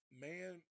man